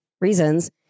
reasons